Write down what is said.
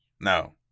No